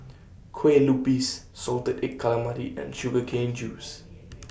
Kueh Lupis Salted Egg Calamari and Sugar Cane Juice